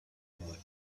boy